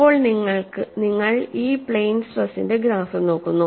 ഇപ്പോൾ നിങ്ങൾ ഈ പ്ലെയ്ൻ സ്ട്രെസ്സിന്റെ ഗ്രാഫ് നോക്കുന്നു